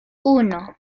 uno